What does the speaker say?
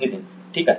नितीन ठीक आहे